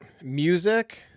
music